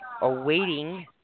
Awaiting